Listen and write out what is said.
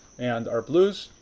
and our blues?